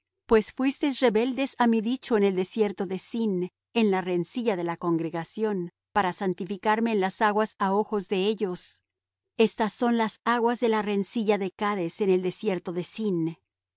pues fuisteis rebeldes á mi dicho en el desierto de zin en la rencilla de la congregación para santificarme en las aguas á ojos de ellos estas son las aguas de la rencilla de cades en el desierto de zin